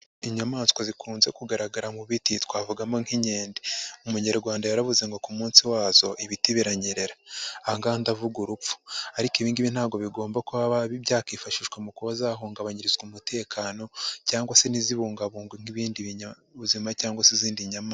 Inyamaswa zikunze kugaragara mu biti twavugamo nk'inkende, umunyarwanda yaravuze ngo ku munsi wazo ibiti biranyerera. Aha ngaha ndavuga urupfu, ariko ibi ngibi ntabwo bigomba kuba byakifashishwa mu kuba zahungabanyirizwa umutekano cyangwa se ntizibungabungwe nk'ibindi binyabuzima cyangwa se izindi nyama...